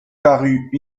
parut